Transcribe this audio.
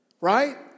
right